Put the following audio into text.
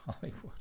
Hollywood